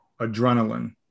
adrenaline